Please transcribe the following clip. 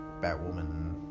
Batwoman